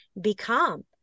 become